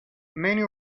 many